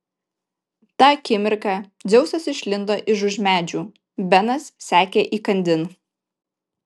tą akimirką dzeusas išlindo iš už medžių benas sekė įkandin